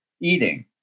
eating